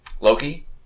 Loki